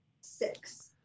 six